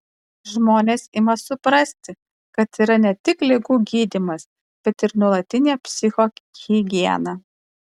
žmonės ima suprasti kad yra ne tik ligų gydymas bet ir nuolatinė psichohigiena